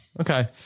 Okay